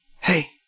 hey